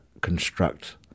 construct